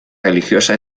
religiosa